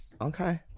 Okay